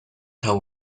how